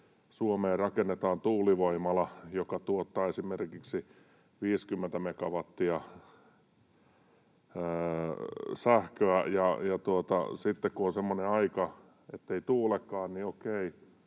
Suomeen rakennetaan tuulivoimala, joka tuottaa esimerkiksi 50 megawattia sähköä, niin sitten kun on semmoinen aika, ettei tuulekaan, niin okei,